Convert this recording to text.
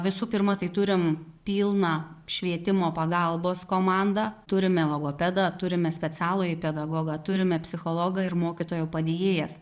visų pirma tai turim pilną švietimo pagalbos komandą turime logopedą turime specialųjį pedagogą turime psichologą ir mokytojo padėjėjas